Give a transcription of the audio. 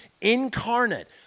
incarnate